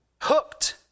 Hooked